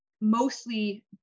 mostly